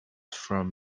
from